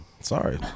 Sorry